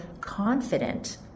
confident